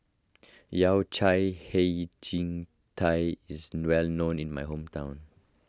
Yao Cai Hei Ji Tang is well known in my hometown